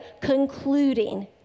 concluding